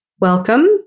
Welcome